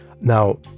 now